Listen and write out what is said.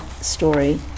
story